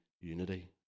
unity